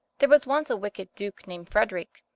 there was once a wicked duke named frederick,